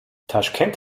taschkent